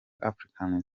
africans